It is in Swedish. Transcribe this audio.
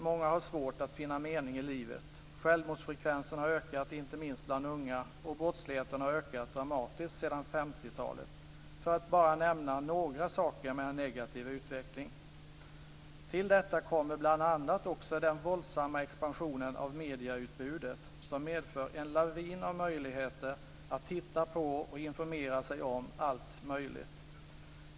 Många har svårt att finna mening i livet, självmordsfrekvensen har ökat, inte minst bland unga, och brottsligheten har ökat dramatiskt sedan 50-talet, för att nämna bara några saker med en negativ utveckling. Till detta kommer bl.a. också den våldsamma expansionen av medieutbudet, som medför en lavin av möjligheter att titta på och informera sig om allt möjligt.